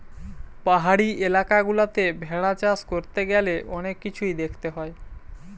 পাহাড়ি এলাকা গুলাতে ভেড়া চাষ করতে গ্যালে অনেক কিছুই দেখতে হয়